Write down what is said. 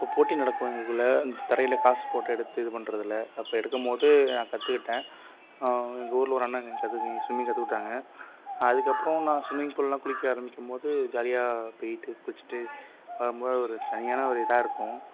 அப்போ போட்டி நடக்கும் எங்களுக்குள்ள அந்த தரையில் காசு போட்டு எடுத்து இது பண்ணுறதுல அப்போ எடுக்கும் போது நான் கற்றுக்கிட்டேன் எங்கள் ஊரில் ஒரு அண்ணன் ஸ்விம்மிங் கற்றுக் கொடுத்தாங்க அதுக்கப்புறம் நான் ஸ்விம்மிங் பூல்லாம் குளிக்க ஆரம்பிக்கும் போது ஜாலியாக போயிவிட்டு குளிச்சிவிட்டு வரும் போது அது ஒரு தனியான ஒரு இதாக இருக்கும்